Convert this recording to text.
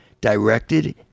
directed